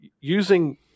using